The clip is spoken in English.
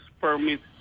permits